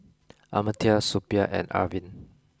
Amartya Suppiah and Arvind